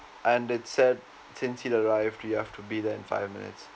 and it said since he arrived you have to be there in five minutes